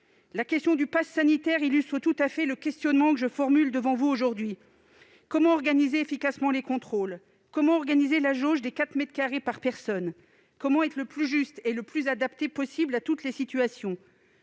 La question du passe sanitaire illustre tout à fait le questionnement que je formule devant vous aujourd'hui. Comment organiser efficacement les contrôles ? Comment appliquer la jauge des quatre mètres carrés par personne ? Comment s'adapter au mieux à toutes les situations ?